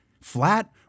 Flat